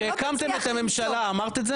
לא, לא עכשיו, כשהקמתם את הממשלה אמרת את זה?